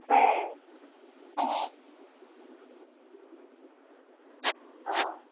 ᱦᱮᱸ ᱚ